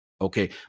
Okay